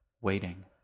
waiting